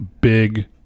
big